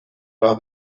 راه